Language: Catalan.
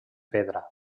pedra